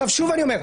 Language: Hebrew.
שוב אני אומר,